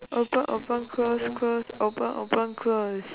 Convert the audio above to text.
open open close close open open close